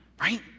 Right